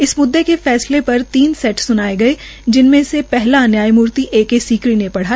इस मुद्दे के फैसले पर तीन सेट सुनाए गए जिनमें से पहला न्यायमूर्ति ऐ के सूत्रों ने पढ़ा